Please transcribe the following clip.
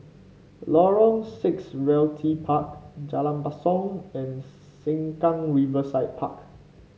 Lorong Six Realty Park Jalan Basong and Sengkang Riverside Park